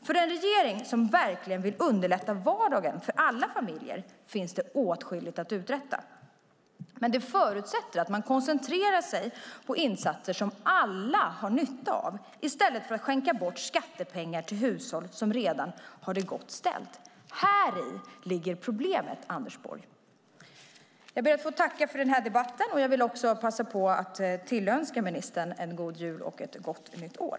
För den regering som verkligen vill underlätta vardagen för alla familjer finns det åtskilligt att uträtta. Det förutsätter dock att man koncentrerar sig på insatser som alla har nytta av i stället för att skänka bort skattepengar till hushåll som redan har det gott ställt. Häri ligger problemet, Anders Borg! Jag ber att få tacka för denna debatt, och jag vill också passa på att tillönska ministern en god jul och ett gott nytt år.